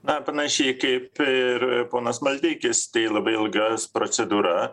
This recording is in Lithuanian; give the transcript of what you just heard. na panašiai kaip ir ponas maldeikis tai labai ilgas procedūra